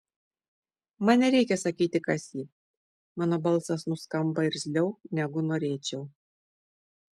man nereikia sakyti kas ji mano balsas nuskamba irzliau negu norėčiau